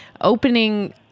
opening